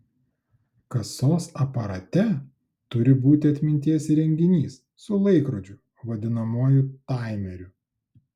kasos aparate turi būti atminties įrenginys su laikrodžiu vadinamuoju taimeriu